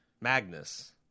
Magnus